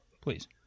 please